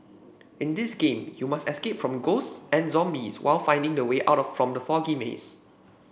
in this game you must escape from ghosts and zombies while finding the way out from the foggy maze